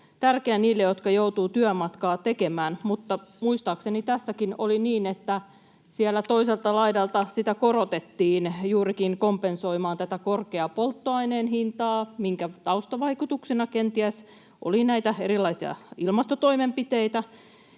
tärkeä niille, jotka joutuvat työmatkaa tekemään. Muistaakseni tässäkin oli niin, että sieltä toiselta laidalta sitä korotettiin juurikin kompensoimaan tätä korkeaa polttoaineen hintaa, minkä taustavaikutuksena kenties oli näitä erilaisia ilmastotoimenpiteitä